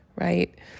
right